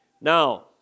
Now